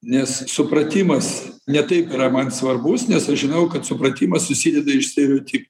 nes supratimas ne taip yra man svarbus nes aš žinau kad supratimas susideda iš stereotip